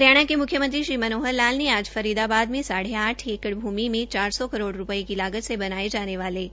हरियाणा के मुख्यमंत्री श्री मनोहर लाल ने आज फरीदाबाद में साढ़े आठ एकड़ भूमि में चार सौ करोड़ रूपये की लागत से बनाये जाने वाले